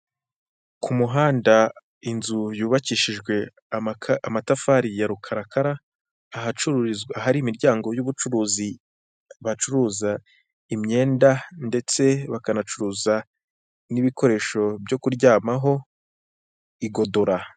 Ku muhanda inzu yubakishijwe amatafari ya rukarakara, ahari imiryango y'ubucuruzi bacuruza imyenda ndetse bakanacuruza n'ibikoresho byo kuryamaho igodora.